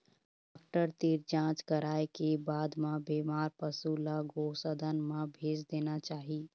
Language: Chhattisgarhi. डॉक्टर तीर जांच कराए के बाद म बेमार पशु ल गो सदन म भेज देना चाही